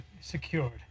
secured